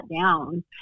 down